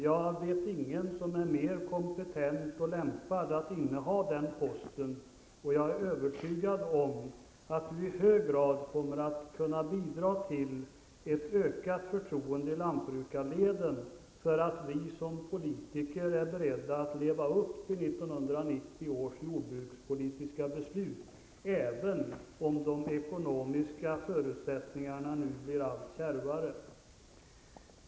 Jag vet ingen som är mer kompetent och lämpad att inneha den posten, och jag är övertygad om att han i hög grad kommer att kunna bidra till ett ökat förtroende i lantbrukarleden för att vi som politiker är beredda att leva upp till 1990 års jordbrukspolitiska beslut, även om de ekonomiska förutsättningarna nu blir allt kärvare.